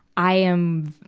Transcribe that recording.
i am,